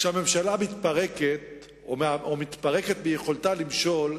כשהממשלה מתפרקת או מתפרקת מיכולתה למשול,